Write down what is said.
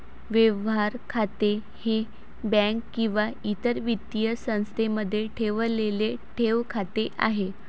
व्यवहार खाते हे बँक किंवा इतर वित्तीय संस्थेमध्ये ठेवलेले ठेव खाते आहे